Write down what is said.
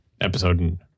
episode